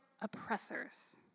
oppressors